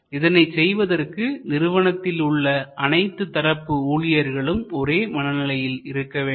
இதனை செய்வதற்கு நிறுவனத்தில் உள்ள அனைத்து தரப்பு ஊழியர்களும் ஒரே மனநிலையில் இருக்க வேண்டும்